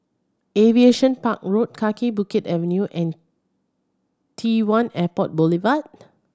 Aviation Park Road Kaki Bukit Avenue and T One Airport Boulevard